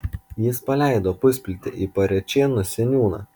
jis paleido pusplytę į parėčėnų seniūną